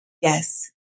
yes